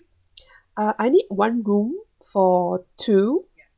uh I need one room for two